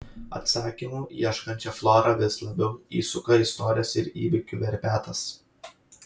atsakymų ieškančią florą vis labiau įsuka istorijos ir įvykių verpetas